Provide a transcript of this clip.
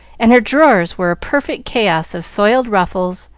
and her drawers were a perfect chaos of soiled ruffles,